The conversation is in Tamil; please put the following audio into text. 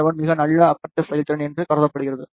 7 மிகவும் நல்ல அப்பெர்சர் செயல்திறன் என்று கருதப்படுகிறது